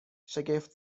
شگفت